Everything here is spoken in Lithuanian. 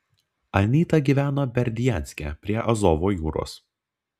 anyta gyveno berdianske prie azovo jūros